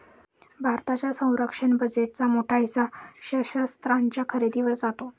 भारताच्या संरक्षण बजेटचा मोठा हिस्सा शस्त्रास्त्रांच्या खरेदीवर जातो